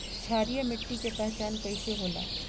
क्षारीय मिट्टी के पहचान कईसे होला?